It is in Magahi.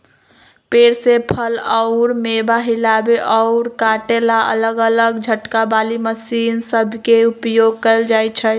पेड़ से फल अउर मेवा हिलावे अउर काटे ला अलग अलग झटका वाली मशीन सब के उपयोग कईल जाई छई